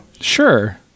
Sure